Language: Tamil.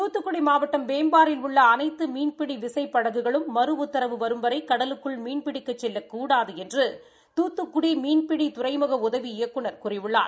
தூத்துக்குடி மாவட்டம் வேம்பாரில் உள்ள அனைத்து மீன்பிடி விசைப்படகுகளும் மறு உத்தரவு வரும் வரை கடலுக்குள் மீள் தொழில் மேறகொள்ள செல்ல கூடாது என்று தூத்துக்குடி மீன்பிடி துறைமுக உதவி இயக்குநர் கூறியுள்ளார்